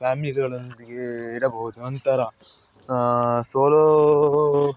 ಫ್ಯಾಮಿಲಿಗಳೊಂದಿಗೆ ಇಡಬಹುದು ನಂತರ ಸೋಲೋ